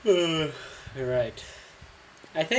you're right I think